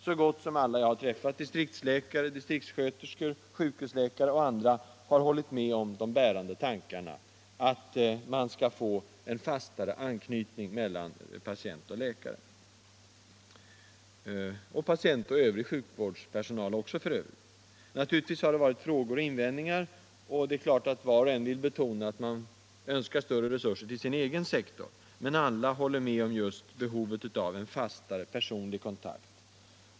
Så gott som alla jag har träffat — distriktsläkare, distriktssköterskor, sjukhusläkare, övrig sjukvårdspersonal och patienter — har hållit med om att de bärande tankarna är riktiga, att man bör få en fastare anknytning mellan patient och läkare. Naturligtvis har det kommit många frågor och invändningar, och det är klart att var och en betonar att man önskar större resurser till sin egen sektor. Men alla håller med om behovet av en fastare personlig kontakt.